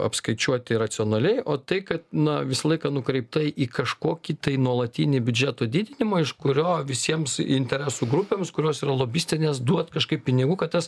apskaičiuoti racionaliai o tai kad na visą laiką nukreipta į kažkokį tai nuolatinį biudžeto didinimą iš kurio visiems interesų grupėms kurios yra lobistinės duot kažkaip pinigų kad tas